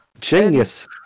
Genius